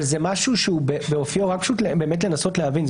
רק לנסות להבין,